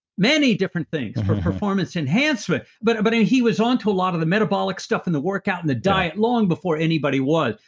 many different things for performance enhancement, but and but he was on to a lot of the metabolic stuff and the workout and the diet long before anybody was.